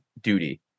duty